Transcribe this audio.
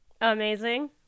Amazing